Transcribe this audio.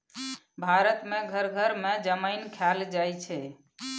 भारत मे घर घर मे जमैन खाएल जाइ छै